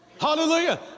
Hallelujah